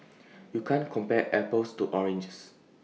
you can't compare apples to oranges